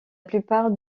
plupart